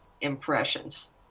impressions